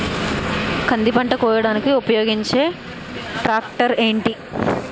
కంది పంట కోయడానికి ఉపయోగించే ట్రాక్టర్ ఏంటి?